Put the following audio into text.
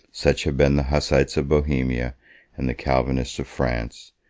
such have been the hussites of bohemia and the calvinists of france,